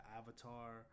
avatar